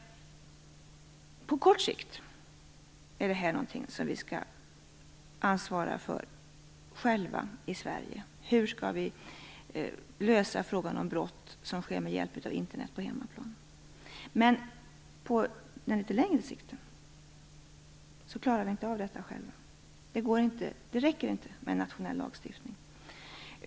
På kort sikt skall vi i Sverige själva ansvara för hur vi skall lösa frågan om brott som sker med hjälp av Internet på hemmaplan. Men på längre sikt klarar vi inte av detta själva. Det räcker inte med nationell lagstiftning.